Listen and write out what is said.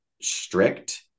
strict